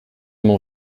mon